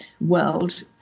world